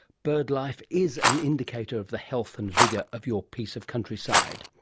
birdlife is an indicator of the health and vigour of your piece of countryside.